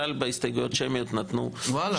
בדרך-כלל, בהסתייגויות שמיות נתנו --- וואלה?